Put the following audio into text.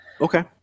Okay